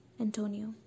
Antonio